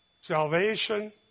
salvation